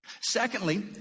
Secondly